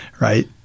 right